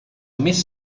més